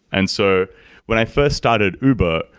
and so when i first started uber,